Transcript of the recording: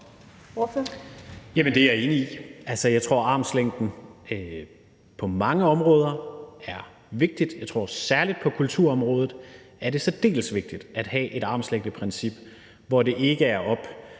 Det er jeg enig i. Jeg tror, at armslængdeprincippet på mange områder er vigtigt. Jeg tror, at det særlig på kulturområdet er særdeles vigtigt at have et armslængdeprincip, hvor det ikke er op